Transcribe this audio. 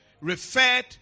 referred